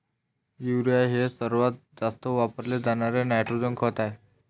urea हे सर्वात जास्त वापरले जाणारे नायट्रोजन खत आहे